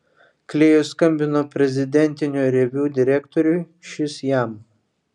klėjus skambino prezidentinio reviu direktoriui šis jam